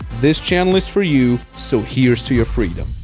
this channel is for you. so here's to your freedom.